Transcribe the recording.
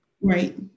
Right